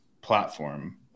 platform